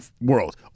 world